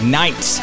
night